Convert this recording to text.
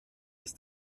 ist